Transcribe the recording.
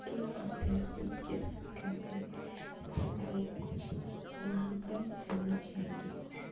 کے اور تہذیب کے ساتھ کھاتے ہیں اس لیے لوگوں کو وہاں پر کھانا چاہیے